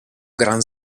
grand